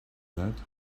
that